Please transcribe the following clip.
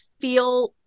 feel